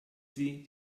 sie